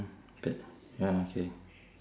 ya K